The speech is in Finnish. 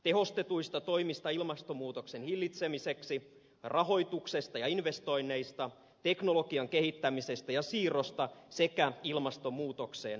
tehostetuista toimista ilmastonmuutoksen hillitsemiseksi rahoituksesta ja investoinneista teknologian kehittämisestä ja siirrosta sekä ilmastonmuutokseen sopeutumisesta